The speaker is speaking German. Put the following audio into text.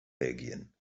belgien